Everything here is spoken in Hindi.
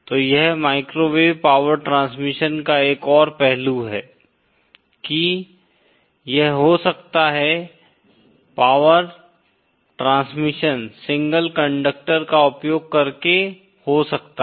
तो यह माइक्रोवेव पॉवर ट्रांसमिशन का एक और पहलू है कि यह हो सकता है पॉवर ट्रांसमिशन सिंगल कंडक्टर का उपयोग करके हो सकता है